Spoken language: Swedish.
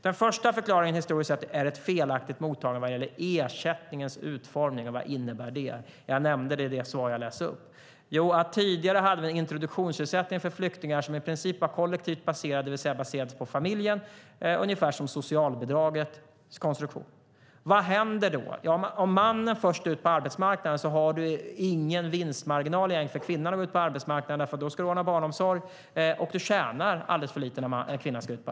Den första var ett felaktigt mottagande vad gäller ersättningens utformning. Vad innebär det? Jag nämnde det i mitt svar. Tidigare hade vi introduktionsersättning för flyktingar som i princip var kollektivt baserad, det vill säga baserades på familjen, ungefär som socialbidragets konstruktion. Det innebar att om mannen var först ut på arbetsmarknaden var det ingen vinstmarginal för kvinnan att gå ut på arbetsmarknaden eftersom man måste ha barnomsorg och kvinnan tjänade för lite.